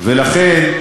ולכן,